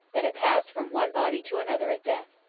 that it passed from one body to another at death.